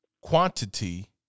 quantity